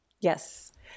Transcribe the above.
Yes